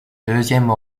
deuxième